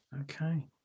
okay